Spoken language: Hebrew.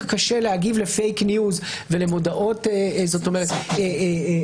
קשה להגיב לפייק ניוז ולהודעות לא נכונות.